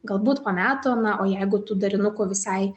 galbūt po metų na o jeigu tų derinukų visai